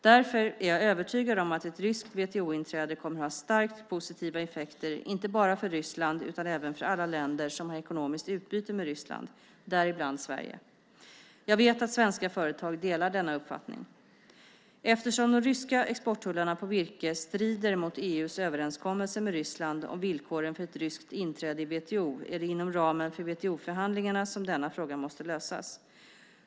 Därför är jag övertygad om att ett ryskt WTO-inträde kommer att ha starkt positiva effekter inte bara för Ryssland utan även för alla länder som har ekonomiskt utbyte med Ryssland - däribland Sverige. Jag vet att svenska företag delar denna uppfattning. Eftersom de ryska exporttullarna på virke strider mot EU:s överenskommelse med Ryssland om villkoren för ett ryskt inträde i WTO är det inom ramen för WTO-förhandlingarna som denna fråga måste lösas.